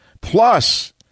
Plus